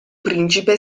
principe